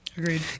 Agreed